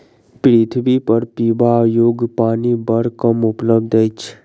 पृथ्वीपर पीबा योग्य पानि बड़ कम उपलब्ध अछि